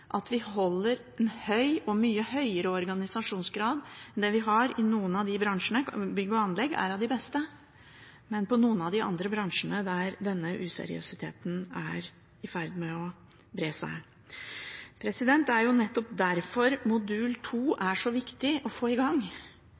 at vi holder en mye høyere organisasjonsgrad enn den vi har i noen av de andre bransjene – bygg og anlegg er av de beste – der denne useriøsiteten er i ferd med å bre seg. Det er nettopp derfor modul 2 er så viktig å få i gang.